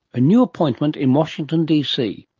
a new appointment in washington dc.